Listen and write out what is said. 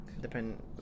Depend